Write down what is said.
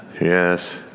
Yes